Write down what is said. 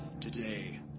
Today